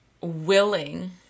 willing